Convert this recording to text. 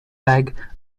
bag